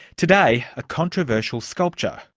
today a controversial sculpture,